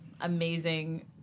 amazing